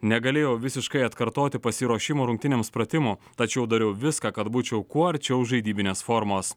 negalėjau visiškai atkartoti pasiruošimo rungtynėms pratimų tačiau dariau viską kad būčiau kuo arčiau žaidybinės formos